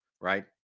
Right